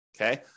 okay